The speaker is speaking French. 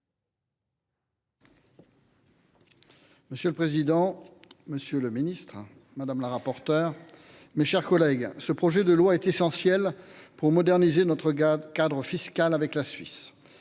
Monsieur le président, monsieur le ministre, mes chers collègues, ce projet de loi est essentiel pour moderniser notre cadre fiscal avec la Suisse.